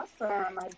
Awesome